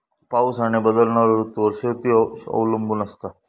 पाऊस आणि बदलणारो ऋतूंवर शेती अवलंबून असता